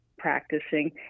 Practicing